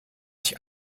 sich